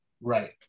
right